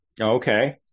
Okay